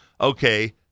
okay